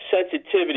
Sensitivity